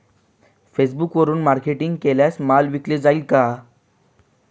फेसबुकवरुन मार्केटिंग केल्यास माल विकला जाईल का?